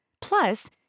Plus